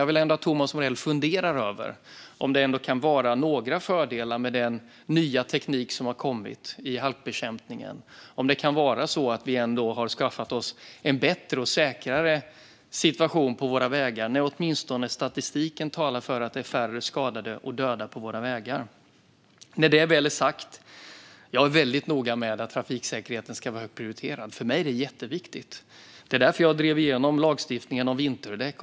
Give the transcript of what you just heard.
Jag vill dock att Thomas Morell funderar över om det ändå kan vara några fördelar med den nya teknik som har kommit i halkbekämpningen. Har vi kanske ändå skaffat oss en bättre och säkrare situation på vägarna? Åtminstone statistiken talar för att det blir färre som dödas och skadas på våra vägar. Med det sagt är jag väldigt noga med att trafiksäkerheten är högt prioriterad. För mig är detta jätteviktigt. Det var därför jag drev igenom lagstiftningen om vinterdäck.